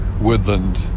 woodland